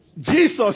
Jesus